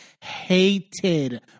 hated